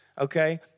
okay